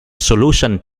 solution